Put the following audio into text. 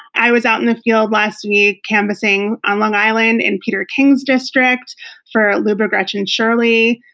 i was out in the field last week canvassing on long island, in peter king's district for liuba grechen shirley.